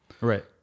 right